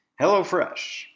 HelloFresh